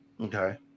okay